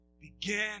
began